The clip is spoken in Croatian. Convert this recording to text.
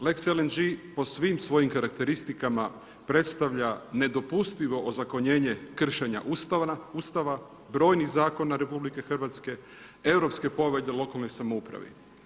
Lex LNG po svim svojim karakteristikama, predstavlja nedopustivo ozakonjenje kršenje Ustava, brojnih zakona RH, europske povelje lokalnoj samoupravi.